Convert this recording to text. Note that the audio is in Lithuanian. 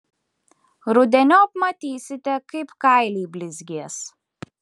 rudeniop matysite kaip kailiai blizgės